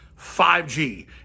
5G